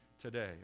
today